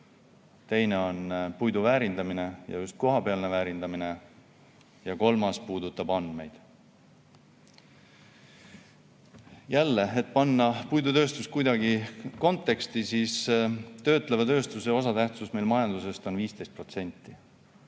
teine on puidu väärindamine, just kohapealne väärindamine, ja kolmas puudutab andmeid. Jälle, et panna puidutööstus kuidagi konteksti, ütlen, et töötleva tööstuse osatähtsus meie majanduses on 15%